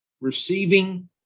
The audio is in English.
Receiving